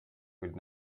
would